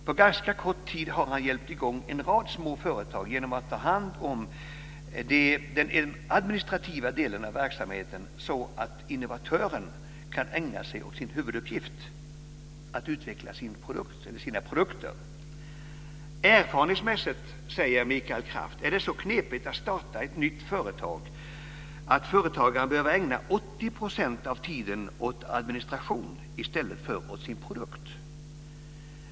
På ganska kort tid har han hjälpt i gång en rad små företag genom att ta hand om den administrativa delen av verksamheten så att innovatören kan ägna sig åt sin huvuduppgift, att utveckla sin produkt eller sina produkter. Erfarenhetsmässigt, säger Mikael Kraft, är det så knepigt att starta ett nytt företag att företagaren behöver ägna 80 % av tiden åt administration i stället för åt sin produkt.